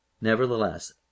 nevertheless